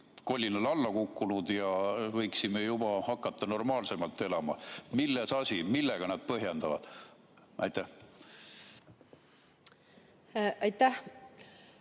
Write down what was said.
kolinal alla kukkunud ja me võiksime hakata juba normaalsemalt elama. Milles asi, millega nad põhjendavad? Aitäh,